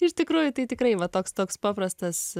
iš tikrųjų tai tikrai va toks toks paprastas